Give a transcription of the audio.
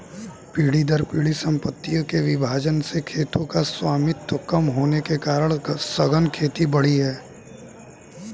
पीढ़ी दर पीढ़ी सम्पत्तियों के विभाजन से खेतों का स्वामित्व कम होने के कारण सघन खेती बढ़ी है